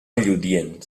lludient